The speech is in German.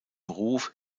ruf